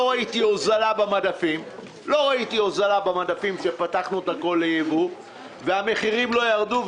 לא ראיתי הוזלה במדפים כשפתחנו את הכול לייבוא והמחירים לא ירדו,